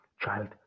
child